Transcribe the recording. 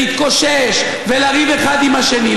להתקושש ולריב אחד עם השני,